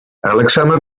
alexander